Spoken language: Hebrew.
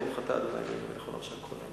ברוך אתה ה' אלוהינו מלך העולם שהכול נהיה